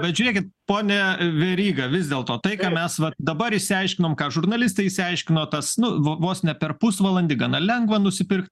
bet žiūrėkit pone veryga vis dėlto tai ką mes va dabar išsiaiškinom ką žurnalistai išsiaiškino tas nu vo vos ne per pusvalandį gana lengva nusipirk